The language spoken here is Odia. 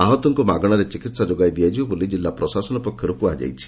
ଆହତମାନଙ୍କୁ ମାଗଣାରେ ଚିକିହା ଯୋଗାଇ ଦିଆଯିବ ବୋଲି ଜିଲ୍ଲା ପ୍ରଶାସନ ପକ୍ଷରୁ ଘୋଷଣା କରାଯାଇଛି